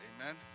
Amen